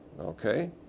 Okay